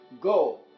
Go